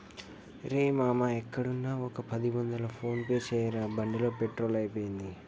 రేయ్ మామా ఎక్కడున్నా ఒక పది వందలు ఫోన్ పే చేయరా బండిలో పెట్రోల్ అయిపోయింది